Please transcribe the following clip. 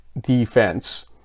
defense